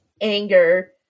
anger